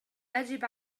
أجب